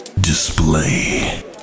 display